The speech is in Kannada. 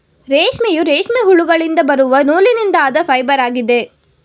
ರೇಷ್ಮೆಯು, ರೇಷ್ಮೆ ಹುಳುಗಳಿಂದ ಬರುವ ನೂಲಿನಿಂದ ಆದ ಫೈಬರ್ ಆಗಿದೆ